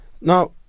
Now